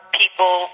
people